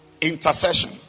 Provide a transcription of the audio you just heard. intercession